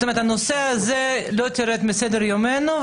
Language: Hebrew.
הנושא הזה לא ירד מסדר יומנו.